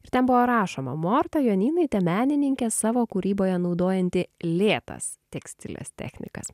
ir ten buvo rašoma morta jonynaitė menininkė savo kūryboje naudojanti lėtas tekstilės technikas